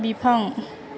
बिफां